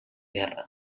guerra